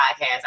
podcast